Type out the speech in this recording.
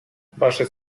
wasze